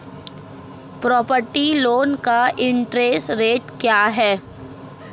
Property loan का interest rate क्या है?